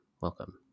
Welcome